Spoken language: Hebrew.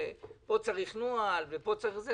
שפה צריך נוהל ופה צריך זה,